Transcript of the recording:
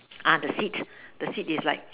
uh the seeds the seeds is like